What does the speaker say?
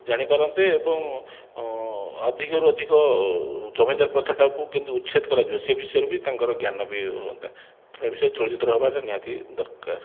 ଜାଣିପାରନ୍ତେ ଏବଂ ଅଧିକରୁ ଅଧିକ ଜମିଦାର ପ୍ରଥାଟାକୁ କିନ୍ତୁ ଉଚ୍ଛେଦ କରାଯିବ ସେ ବିଷୟରେ ବି ତାଙ୍କର ଜ୍ଞାନ ବି ହୁଅନ୍ତା ତେଣୁ ସେ ଚଳଚ୍ଚିତ୍ର ହବାଟା ନିହାତି ଦରକାର